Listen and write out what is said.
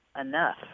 enough